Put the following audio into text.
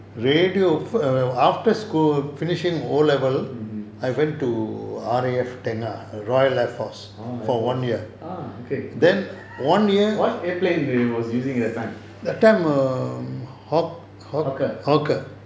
mmhmm orh air force ah okay good what air plane did you was using at that time hawker